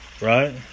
right